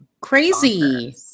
crazy